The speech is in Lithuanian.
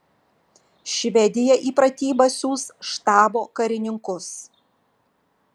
švedija į pratybas siųs štabo karininkus